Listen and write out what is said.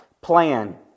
plan